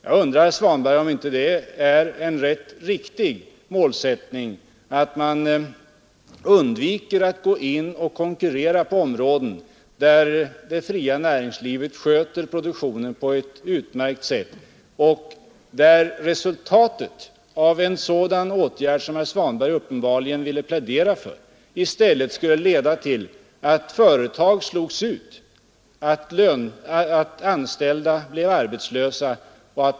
Jag undrar, herr Svanberg, om det inte är ett ganska riktigt mål att man undviker att gå in och konkurrera på områden, där det fria näringslivet sköter produktionen på ett utmärkt sätt. Resultatet blir ju annars, herr Svanberg, att företag slås ut och att anställda blir arbetslösa.